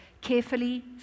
carefully